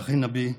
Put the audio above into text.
ואחי נביה,